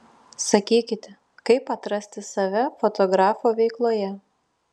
sakykite kaip atrasti save fotografo veikloje